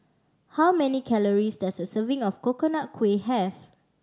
how many calories does a serving of Coconut Kuih have